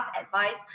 advice